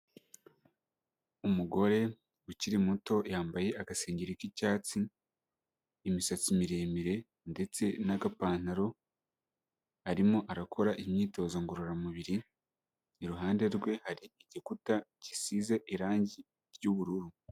Umugore ukiri muto yambaye agasengeri k'icyatsi, imisatsi miremire ndetse n'agapantaro, arimo arakora imyitozo ngororamubiri, iruhande rwe hari igikuta gisize irange ry'ubururu.